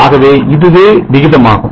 ஆகவே இதுவே விகிதமாகும்